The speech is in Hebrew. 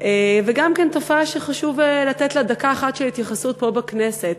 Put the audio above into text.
גם כן תופעה שחשוב לתת לה דקה אחת של התייחסות פה בכנסת.